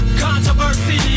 controversy